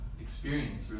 experience